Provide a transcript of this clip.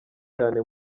cyane